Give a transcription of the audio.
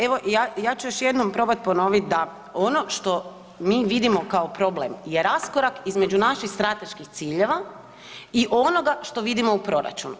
Evo ja ću još jednom probati ponoviti, da ono što mi vidimo kao problem je raskorak između naših strateških ciljeva i onoga što vidimo u proračunu.